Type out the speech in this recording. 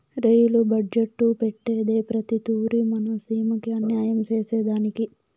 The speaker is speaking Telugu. రెయిలు బడ్జెట్టు పెట్టేదే ప్రతి తూరి మన సీమకి అన్యాయం సేసెదానికి